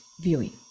viewing